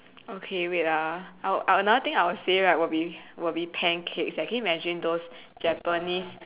okay wait ah oh another thing I will say right will be will be pancakes leh can you imagine those japanese